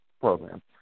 program